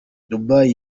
dubai